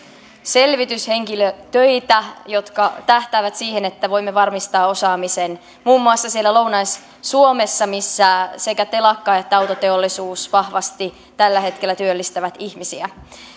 selvityshenkilötöitä jotka tähtäävät siihen että voimme varmistaa osaamisen muun muassa siellä lounais suomessa missä sekä telakka että autoteollisuus vahvasti tällä hetkellä työllistävät ihmisiä